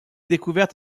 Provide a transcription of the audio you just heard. découverte